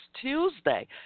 Tuesday